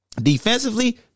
Defensively